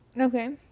okay